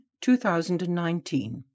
2019